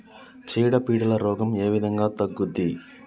చీడ పీడల రోగం ఏ విధంగా తగ్గుద్ది?